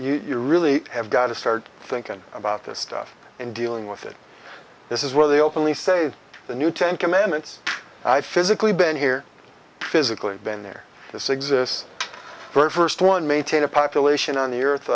it you really have got to start thinking about this stuff and dealing with it this is where they openly say the new ten commandments i physically been here physically been there this exists for first one maintain a population on the earth